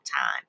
time